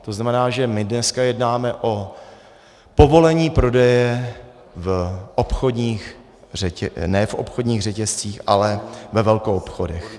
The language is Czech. To znamená, že my dneska jednáme o povolení prodeje v obchodních... ne v obchodních řetězcích, ale ve velkoobchodech.